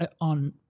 on